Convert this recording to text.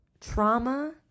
trauma